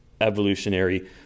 evolutionary